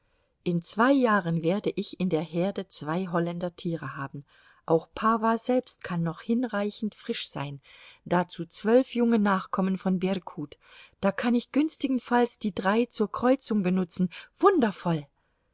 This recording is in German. in zwei jahren werde ich in der herde zwei holländer tiere haben auch pawa selbst kann noch hinreichend frisch sein dazu zwölf junge nachkommen von berkut da kann ich günstigenfalls die drei zur kreuzung benutzen wundervoll